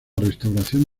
restauración